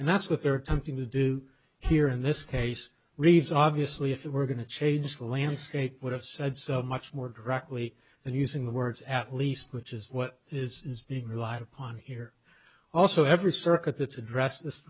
and that's what they're attempting to do here in this case reads obviously if it were going to change the landscape would have said so much more directly and using the words at least which is what is being relied upon here also every circuit that's addressed this